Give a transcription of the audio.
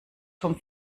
vom